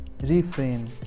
refrain